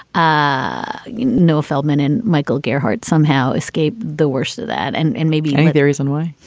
ah you know, feldman and michael gearhart somehow escape the worst of that. and and maybe there is one way.